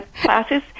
classes